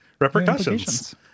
repercussions